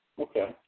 Okay